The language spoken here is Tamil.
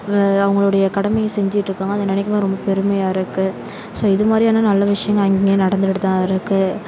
அவங்களுடைய கடமையை செஞ்சிட்டிருக்காங்க அதை நினைக்கும்போது ரொம்ப பெருமையாக இருக்குது ஸோ இது மாதிரியான நல்ல விஷயங்கள் இங்கே நடந்துக்கிட்டுதான் இருக்குது